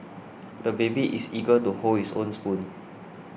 the baby is eager to hold his own spoon